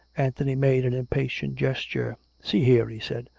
anthony made an impatient gesture. see here, he said.